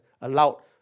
allowed